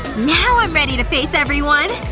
now i'm ready to face everyone!